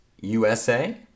USA